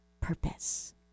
purpose